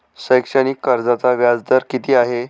शैक्षणिक कर्जाचा व्याजदर किती आहे?